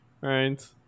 right